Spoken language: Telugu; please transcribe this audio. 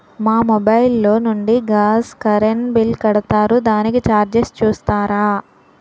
మా మొబైల్ లో నుండి గాస్, కరెన్ బిల్ కడతారు దానికి చార్జెస్ చూస్తారా?